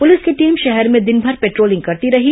police की team शहर में दिनभर पेट्रोलिंग करती रही